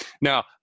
Now